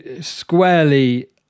squarely